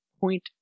point